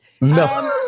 No